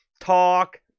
talk